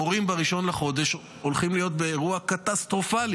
המורים ב-1 בחודש הולכים להיות באירוע קטסטרופלי